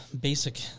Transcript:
basic